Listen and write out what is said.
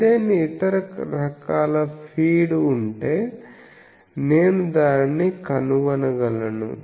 ఏదైనా ఇతర రకాల ఫీడ్ ఉంటే నేను దానిని కనుగొనగలను